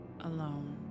alone